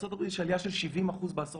בארצות הברית יש עלייה של 70% בעשור